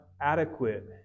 adequate